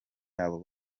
yabo